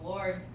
Lord